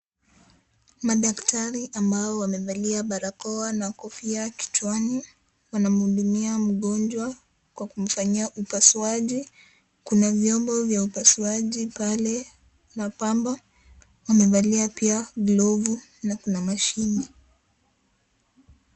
Madaktari ambao wamevalia barakoa na kofia kichwani. Wanamhudumia mgonjwa kwa kumfanyia upasuaji. Kuna vyombo vya upasuaji pale. Kuna pamba, wamevalia pia glovu na kuna mashine.